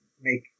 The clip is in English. make